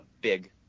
big